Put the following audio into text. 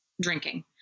drinking